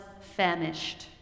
famished